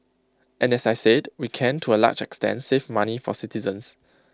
and as I said we came to A large extent save money for citizens